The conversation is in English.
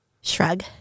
Shrug